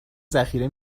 ذخیره